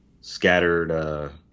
scattered